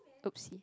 oopsie